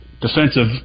defensive